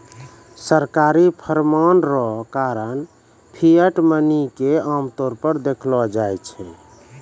सरकारी फरमान रो कारण फिएट मनी के आमतौर पर देखलो जाय छै